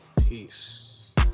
Peace